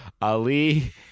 Ali